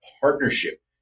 partnership